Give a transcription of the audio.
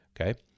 okay